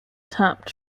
tapped